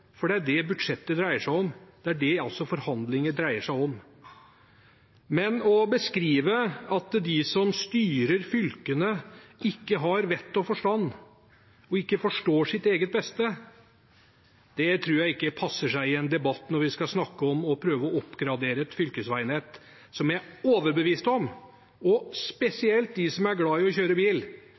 for det er det budsjettet dreier seg om, det er det også forhandlinger dreier seg om. Men å beskrive at de som styrer fylkene, ikke har vett og forstand og ikke forstår sitt eget beste, tror jeg ikke passer seg i en debatt når vi skal snakke om å prøve å oppgradere et fylkesveinett som jeg er overbevist om at spesielt de som er glad i å kjøre bil, har oppdaget – hvis ikke har de for bra bil